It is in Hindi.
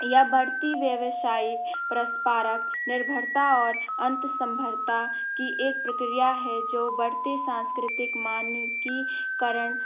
या बढ़ती व्यवसाय पारस्परिक निर्भरता और की एक प्रक्रिया है जो बढ़ते सांस्कृतिक मानकी करण